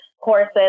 courses